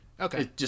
Okay